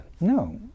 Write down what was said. No